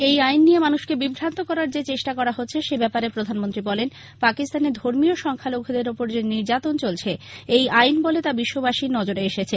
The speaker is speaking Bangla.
এই আইন নিয়ে মানুষকে বিভ্রান্ত করার যে চেষ্টা করা হচ্ছে সে ব্যাপারে প্রধানমন্ত্রী বলেন পাকিস্তানে ধর্মীয় সংখ্যালঘুদের ওপর যে নির্যাতন চলছে এই আইনবলে তা বিশ্বাবসীর নজরে এসেছে